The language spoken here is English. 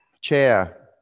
chair